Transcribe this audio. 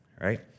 right